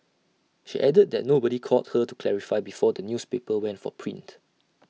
she added that nobody called her to clarify before the newspaper went for print